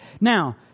Now